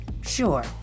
sure